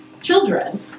children